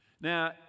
Now